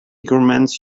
recommends